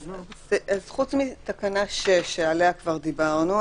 אז חוץ מתקנה 6 שעליה כבר דיברנו,